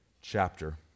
chapter